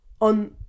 on